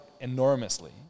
enormously